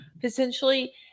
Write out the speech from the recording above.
potentially